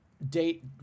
Date